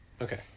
okay